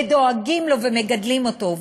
ודואגים לו ומגדלים אותו,